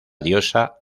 diosa